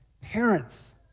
Parents